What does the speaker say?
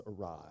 arise